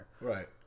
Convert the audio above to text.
Right